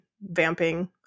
vamping